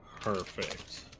Perfect